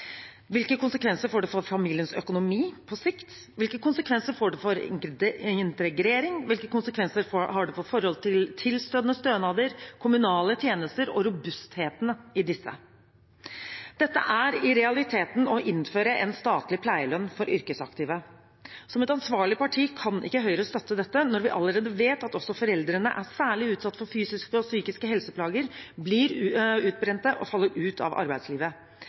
Hvilke konsekvenser for det for familiens økonomi på sikt? Hvilke konsekvenser får det for integrering? Hvilke konsekvenser har det for forholdet til tilstøtende stønader, kommunale tjenester og robustheten i disse? Dette er i realiteten å innføre en statlig pleielønn for yrkesaktive. Som et ansvarlig parti kan ikke Høyre støtte dette, når vi allerede vet at også foreldrene er særlig utsatt for fysiske og psykiske helseplager, blir utbrent og faller ut av arbeidslivet.